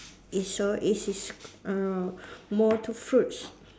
it's so it is uh more to fruits